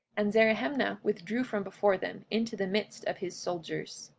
and zerahemnah withdrew from before them into the midst of his soldiers.